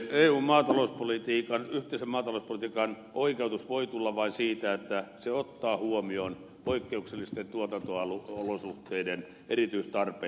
eun maatalouspolitiikan yhteisen maatalouspolitiikan oikeutus voi tulla vain siitä että se ottaa huomioon poikkeuksellisten tuotanto olosuhteiden erityistarpeet